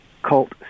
Cult